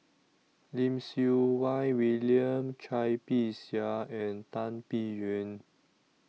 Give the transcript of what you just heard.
Lim Siew Wai William Cai Bixia and Tan Biyun